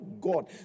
God